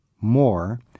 more